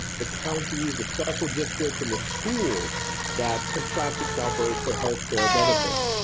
the counties, the special districts and the schools that contract with calpers for health care benefits.